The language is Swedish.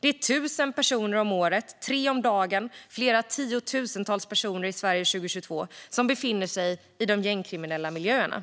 Det är tusen personer om året, tre om dagen och flera tiotusentals personer i Sverige 2022 som befinner sig i de gängkriminella miljöerna.